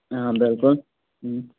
بِلکُل